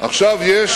די,